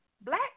black